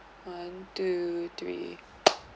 one two three